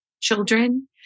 children